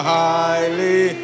highly